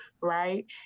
Right